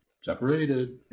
Separated